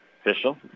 Official